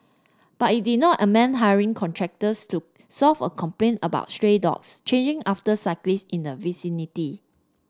but it did amend hiring contractors to solve a complaint about stray dogs chasing after cyclists in the vicinity